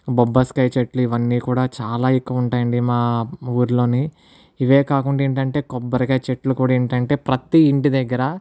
బొబ్బాసకాయ చెట్లు ఇవన్నీ కూడా చాలా ఎక్కువ ఉంటాయండి మా ఊరిలోని ఇవే కాకుండా ఏంటంటే కొబ్బరికాయ చెట్లు కూడా ఏంటంటే ప్రతీ ఇంటి దగ్గర